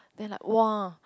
then like !wah!